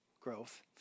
growth